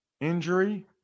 injury